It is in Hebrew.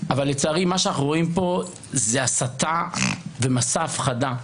אבל לצערי מה שאנחנו רואים פה זה הסתה ומסע הפחדה.